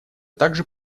также